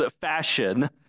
fashion